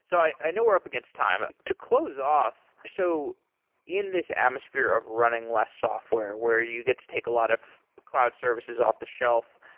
so i know we're up against time. to close off, so in this atmosphere of running less software where you get to take a lot of cloud services off the shelf,